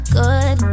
good